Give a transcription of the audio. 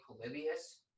Polybius